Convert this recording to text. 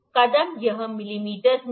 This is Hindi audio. कदम यह मिमी में है